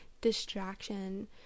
distraction